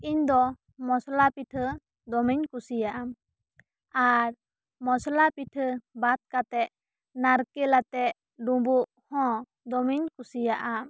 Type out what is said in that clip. ᱤᱧ ᱫᱚ ᱢᱚᱥᱞᱟ ᱯᱤᱴᱷᱟᱹ ᱫᱚᱢᱮᱧ ᱠᱩᱥᱤᱭᱟᱜ ᱟ ᱟᱨ ᱢᱚᱥᱞᱟ ᱯᱤᱴᱷᱟᱹ ᱵᱟᱫᱽ ᱠᱟᱛᱮᱫ ᱱᱟᱨᱠᱮᱞ ᱟᱛᱮᱫ ᱰᱩᱢᱵᱩᱜ ᱦᱚᱸ ᱫᱚᱢᱮᱧ ᱠᱩᱥᱤᱭᱟᱜ ᱟ